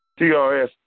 TRS